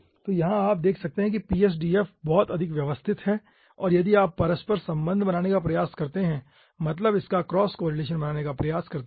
तो यहाँ आप देख सकते हैं कि PSDF बहुत अधिक अव्यवस्थित है और यदि आप परस्पर संबंध बनाने का प्रयास करते हैं मतलब इसका क्रॉस कोरिलेशन बनाने का प्रयास करते है